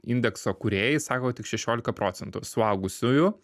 indekso kūrėjai sako kad tik šešiolika procentų suaugusiųjų